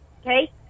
okay